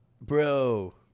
Bro